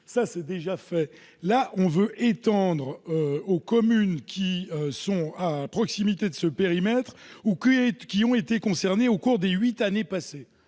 car c'est déjà fait. On veut ici étendre la mesure aux communes qui se trouvent à proximité de ce périmètre ou qui ont été concernées au cours des huit années passées.